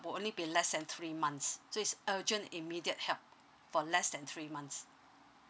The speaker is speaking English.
will only be less than three months so it's urgent immediate help for less than three months